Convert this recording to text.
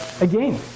again